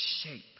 shape